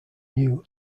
new